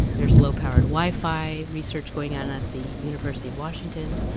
there's low powered wifi research going on at the university of washington.